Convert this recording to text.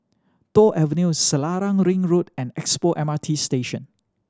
Toh Avenue Selarang Ring Road and Expo M R T Station